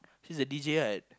he is a D_J right